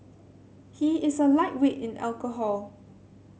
he is a lightweight in alcohol